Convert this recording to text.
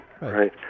right